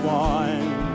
one